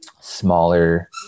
smaller